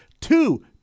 two